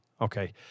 okay